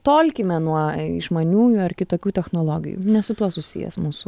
tolkime nuo išmaniųjų ar kitokių technologijų ne su tuo susijęs mūsų